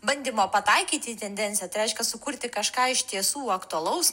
bandymo pataikyti į tendenciją tai reiškia sukurti kažką iš tiesų aktualaus